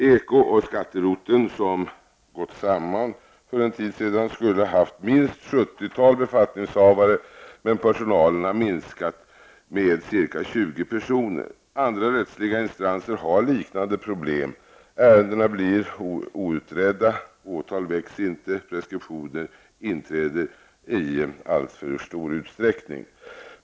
Eko och skatteroteln, som gått samman för en tid sedan, skulle ha haft minst ett 70-tal befattningshavare, men personalen har minskat med ca 20 personer. Andra rättsliga instanser har liknande problem. Ärenden blir outredda, åtal väcks inte, preskriptioner inträder i alltför stor utsträckning.